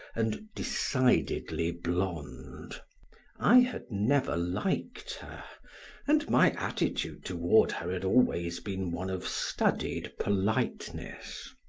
and decidedly blonde i had never liked her and my attitude toward her had always been one of studied politeness.